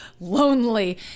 lonely